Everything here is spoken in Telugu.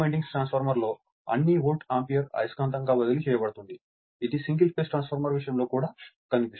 రెండు వైండింగ్ ట్రాన్స్ఫార్మర్లో అన్ని వోల్ట్ ఆంపియర్ అయస్కాంతంగా బదిలీ చేయబడుతుంది ఇది సింగిల్ ఫేజ్ ట్రాన్స్ఫార్మర్ విషయం లో కూడా కనిపిస్తుంది